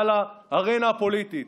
מעל הארנה הפוליטית,